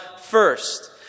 first